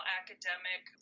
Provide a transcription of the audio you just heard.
academic